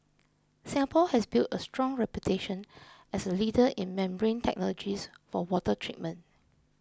Singapore has built a strong reputation as a leader in membrane technologies for water treatment